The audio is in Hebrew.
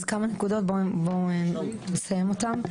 אז כמה נקודות, בואו נסיים אותן.